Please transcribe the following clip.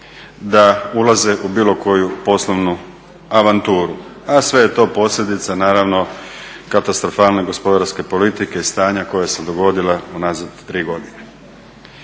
da ulaze u bilo koju poslovnu avanturu, a sve je to posljedica naravno katastrofalne gospodarske politike i stanja koja se dogodila unazad 3 godine.